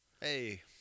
Hey